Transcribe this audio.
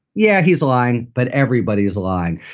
yeah, he's lying, but everybody is lying.